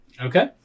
Okay